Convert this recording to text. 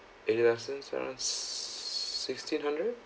a license around sixteen hundred